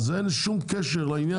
אז אין שום קשר לעניין.